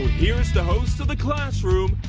here's the host of the classh-room,